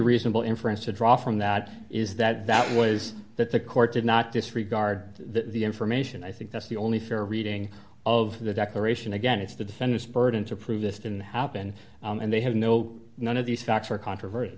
reasonable inference to draw from that is that that was that the court did not disregard the information i think that's the only fair reading of the declaration again it's the defendant's burden to prove this didn't happen and they have no none of these facts are controver